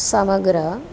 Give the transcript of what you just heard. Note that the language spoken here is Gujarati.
સમગ્ર